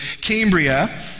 Cambria